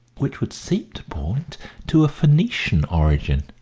which would seem to point to a phoenician origin.